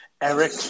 Eric